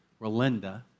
Relinda